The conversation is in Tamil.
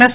எஸ்